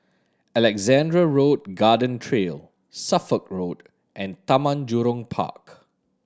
Alexandra Road Garden Trail Suffolk Road and Taman Jurong Park